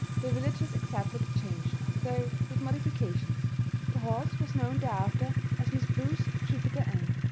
the villagers accepted the change though with modifications the horse was known thereafter as miss prue's jupiter ann.